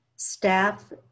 staff